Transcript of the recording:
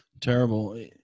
terrible